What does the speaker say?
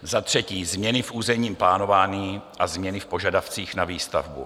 Za třetí, změny v územním plánování a změny v požadavcích na výstavbu.